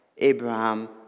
Abraham